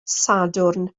sadwrn